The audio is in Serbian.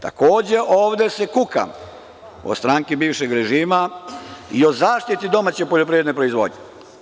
Takođe, ovde se kuka od stranke bivšeg režima i o zaštiti domaće poljoprivrede proizvodnje.